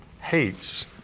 hates